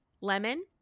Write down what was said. Lemon